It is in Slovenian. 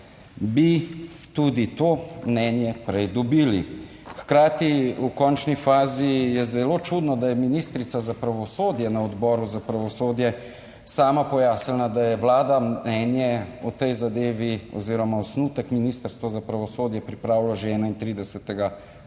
bi tudi to mnenje prej dobili. Hkrati v končni fazi je zelo čudno, da je ministrica za pravosodje na Odboru za pravosodje sama pojasnila, da je Vlada mnenje o tej zadevi oziroma osnutek Ministrstvo za pravosodje pripravilo že 31. 1.